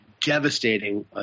devastating